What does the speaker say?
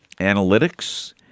Analytics